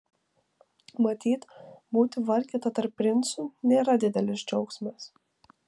matyt būti vargeta tarp princų nėra didelis džiaugsmas